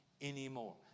anymore